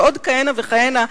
ועוד כהנה וכהנה.